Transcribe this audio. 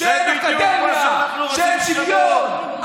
זה מה שאנחנו רוצים לשנות.